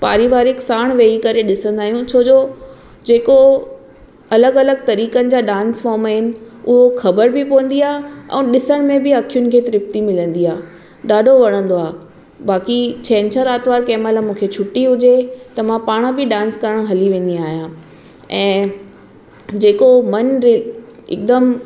पारिवारिक साणु वेही करे ॾिसंदा आहियूं छो जो जेको अलॻि अलॻि तरीक़नि जा डान्स फॉम आहिनि उहो ख़बरु बि पवंदी आहे ॾिसणु में बि अखियुनि खे तृप्ती मिलंदी आहे ॾाढो वणंदो आहे बाक़ी छछंरु आरतवारु कंहिं महिल मूंखे छुटी हुजे त मां पाण बि डान्स करणु हली वेंदी आहियां ऐं जेको मन हिकदमि